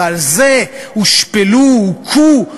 ועל זה הם הושפלו או הוכו.